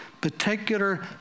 particular